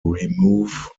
remove